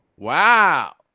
Wow